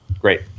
Great